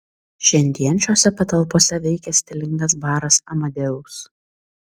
šiandien šiose patalpose veikia stilingas baras amadeus